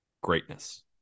Greatness